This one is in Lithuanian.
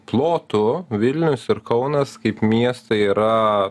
plotu vilnius ir kaunas kaip miestai yra